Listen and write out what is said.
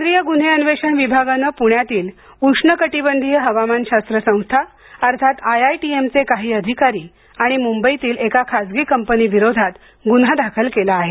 केंद्रीय गुन्हे अन्वेषण विभागाने प्ण्यातील उष्णकटिबंधीय हवामानशास्त्र संस्था अर्थात आय आय टी एम चे काही अधिकारी आणि मुंबईतील एका खासगी कंपनीविरोधात गुन्हा दाखल केला आहे